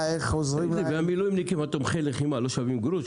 איך עוזרים להם -- תומכי לחימה לא שווים גרוש?